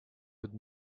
would